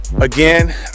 again